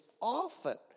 often